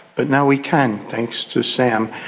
but now we can thanks to sam.